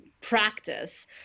Practice